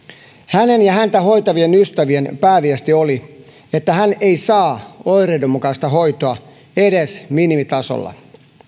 hänen ja häntä hoitavien ystävien pääviesti oli että hän ei saa oireidenmukaista hoitoa edes minimitasolla